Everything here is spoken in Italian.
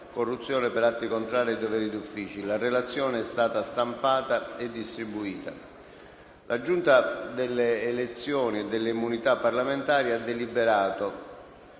(corruzione per atti contrari ai doveri d'ufficio)». La relazione è stata stampata e distribuita. La Giunta delle elezioni e delle immunità parlamentari ha deliberato,